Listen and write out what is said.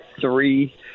three